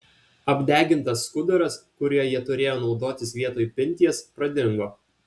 apdegintas skuduras kuriuo jie turėjo naudotis vietoj pinties pradingo